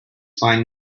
find